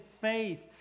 faith